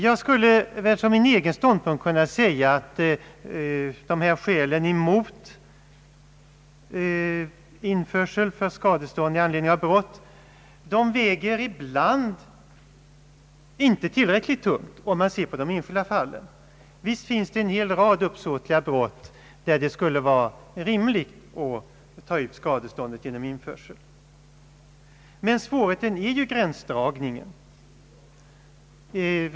Jag skulle som min egen ståndpunkt kunna säga att skälen mot införsel för skadestånd i anledning av brott ibland inte väger tillräckligt tungt, om man ser på de enskilda fallen. Visst finns det en hel rad uppsåtliga brott, vid vilka det skulle vara rimligt att ta ut skadestånd genom införsel, men svårigheten är ju gränsdragningen.